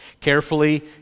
carefully